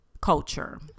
culture